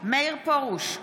מאיר פרוש,